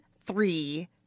three